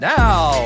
now